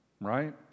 right